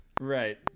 Right